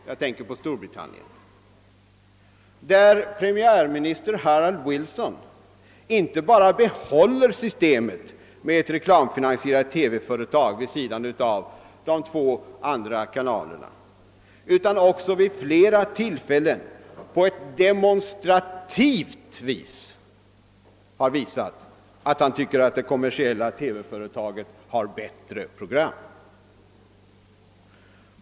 Jag tänker på Storbritannien, där premiärminister Harold Wilson inte bara behåller systemet med ett reklamfinansierat TV-företag vid sidan av de två andra kanalerna utan också vid flera tillfällen på ett demonstrativt sätt har visat att han tycker att det kommersiella TV-företaget har bättre program.